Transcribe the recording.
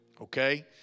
Okay